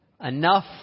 Enough